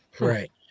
right